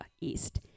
east